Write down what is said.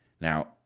Now